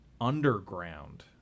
underground